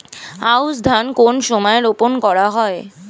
আউশ ধান কোন সময়ে রোপন করা হয়?